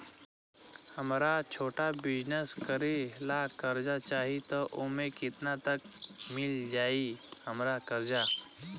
हमरा छोटा बिजनेस करे ला कर्जा चाहि त ओमे केतना तक मिल जायी हमरा कर्जा?